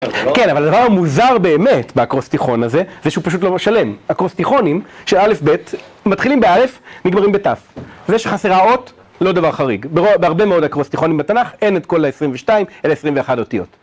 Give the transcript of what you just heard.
כן, אבל הדבר המוזר באמת באקרוסטיכון הזה, זה שהוא פשוט לא שלם. אקרוסטיכונים ש א', ב', מתחילים באלף, נגמרים בת'. זה שחסרה אות, לא דבר חריג. בהרבה מאוד האקרוסטיכונים בתנ״ך, אין את כל ה-22 אלא 21 אותיות.